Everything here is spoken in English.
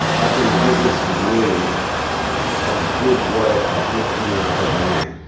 i think this is really a good way of looking after the land,